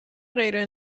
غیر